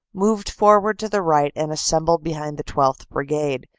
moved forward to the right and assembled behind the twelfth. brigade,